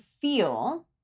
feel